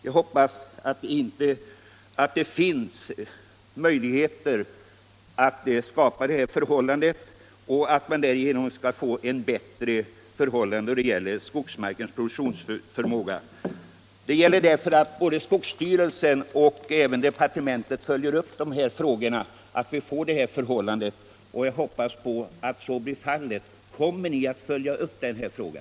Jag hoppas att det skall finnas möjligheter att skapa sådana förhållanden och att man därigenom skall kunna förbättra skogsmarkens produktionsförmåga. Det gäller därför att både skogsstyrelsen och departementet följer upp denna fråga, och jag hoppas att så blir fallet. Kommer ni att följa upp denna fråga?